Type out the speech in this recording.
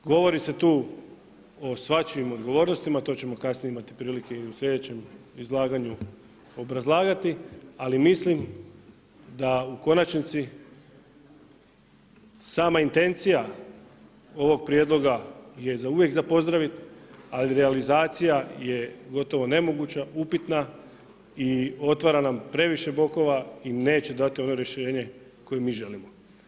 Govori se tu o svačijim odgovornostima, to ćemo imati kasnije prilike i u sljedećem izlaganju obrazlagati, ali mislim da u konačnici sama intencija ovog prijedloga je uvijek za pozdravit, ali realizacija je gotovo nemoguća, upitna i otvara nam previše bokova i neće dati ono rješenje koje mi želimo.